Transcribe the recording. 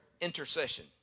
intercession